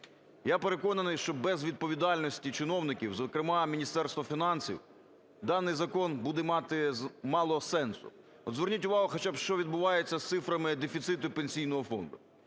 Я переконаний, що без відповідальності чиновників, зокрема Міністерства фінансів, даний закон буде мати мало сенсу. Зверніть увагу хоча б, що відбувається з цифрами дефіциту Пенсійного фонду.